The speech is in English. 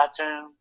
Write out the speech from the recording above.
iTunes